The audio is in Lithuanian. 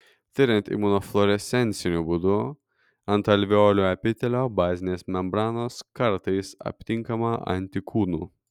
tiriant imunofluorescenciniu būdu ant alveolių epitelio bazinės membranos kartais aptinkama antikūnų